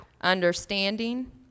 understanding